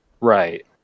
Right